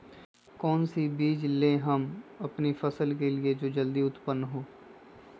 कौन सी बीज ले हम अपनी फसल के लिए जो जल्दी उत्पन हो?